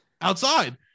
outside